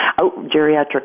geriatric